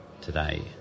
today